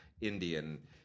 Indian